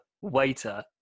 waiter